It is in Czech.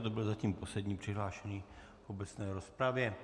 To byl zatím poslední přihlášený v obecné rozpravě.